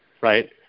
right